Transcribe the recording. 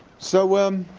so, um